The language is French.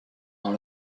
dans